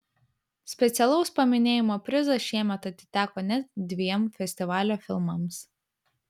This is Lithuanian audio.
specialaus paminėjimo prizas šiemet atiteko net dviem festivalio filmams